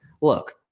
look